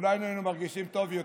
כולנו היינו מרגישים טוב יותר.